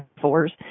fours